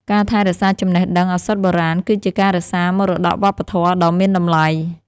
ការថែរក្សាចំណេះដឹងឱសថបុរាណ គឺជាការរក្សាមរតកវប្បធម៌ដ៏មានតម្លៃ។